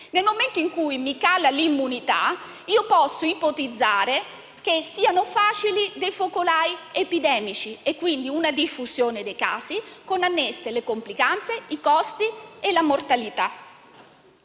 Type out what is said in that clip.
Nel momento in cui cala l'immunità, io posso ipotizzare che siano facili dei focali epidemici e, quindi, una diffusione dei casi con annesse le complicanze, i costi e la mortalità.